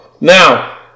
now